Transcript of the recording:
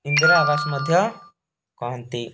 ଇନ୍ଦ୍ରାଆବାସ ମଧ୍ୟ କହନ୍ତି